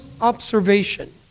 observation